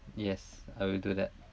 yes I will do that